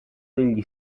degli